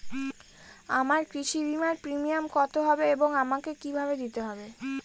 আমার কৃষি বিমার প্রিমিয়াম কত হবে এবং আমাকে কি ভাবে দিতে হবে?